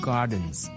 Gardens